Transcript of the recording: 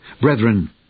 Brethren